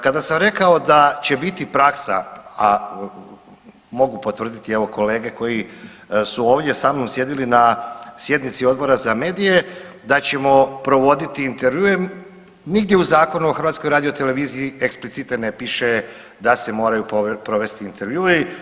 Kada sam rekao da će biti praksa, a mogu potvrditi evo kolege koji su ovdje sa mnom sjedili na sjednici odbora za medije da ćemo provoditi intervjue, nigdje u Zakonu o HRT-u eksplicite ne piše da se moraju provesti intervjui.